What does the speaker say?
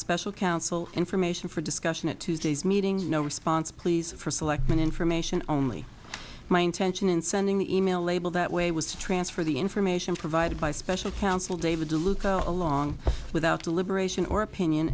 special counsel information for discussion at tuesday's meetings no response please for selectman information only my intention in sending the email label that way was to transfer the information provided by special counsel david deluca along without deliberation or opinion